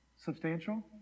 substantial